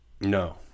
No